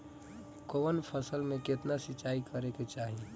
कवन फसल में केतना सिंचाई करेके चाही?